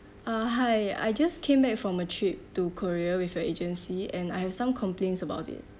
uh hi I just came back from a trip to korea with your agency and I have some complaints about it